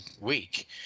week